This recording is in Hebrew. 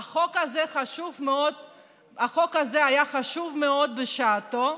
"החוק הזה היה חשוב מאוד בשעתו,